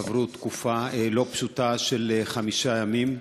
עברו תקופה לא פשוטה, של חמישה ימים,